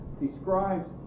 describes